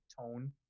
tone